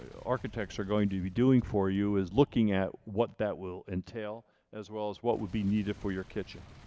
ah architects are going to be doing for you is looking at what that will entail as well as what would be needed for your kitchen.